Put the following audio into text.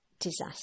disaster